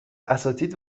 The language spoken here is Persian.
اساتید